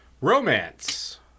Romance